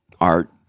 art